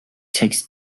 takes